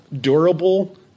durable